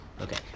Okay